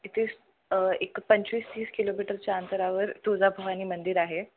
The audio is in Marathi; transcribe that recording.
इथे एक पंचवीस तीस किलोमीटरच्या अंतरावर तुळजा भवानी मंदिर आहे